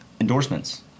endorsements